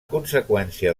conseqüència